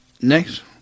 Next